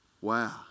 Wow